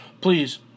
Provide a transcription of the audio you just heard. please